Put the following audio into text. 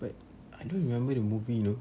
but I don't remember the movie though